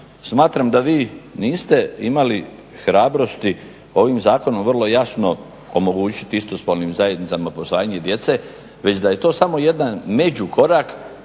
smatram da vi niste imali hrabrosti ovim zakonom vrlo jasno omogućiti istospolnim zajednicama posvajanje djece, već da je to samo jedan međukorak